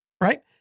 right